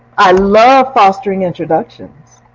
i love fostering introductions.